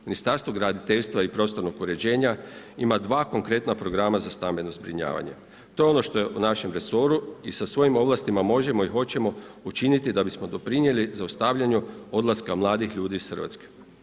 Ministarstvo graditeljstva i prostornog uređenja ima 2 konkretna programa za stambeno zbrinjavanje, to je ono što je u našem resoru i sa svojim ovlastima možemo i hoćemo učiniti da bismo doprinijeli zaustavljanju odlaska mladih ljudi iz Hrvatske.